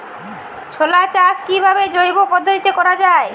ছোলা চাষ কিভাবে জৈব পদ্ধতিতে করা যায়?